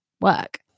work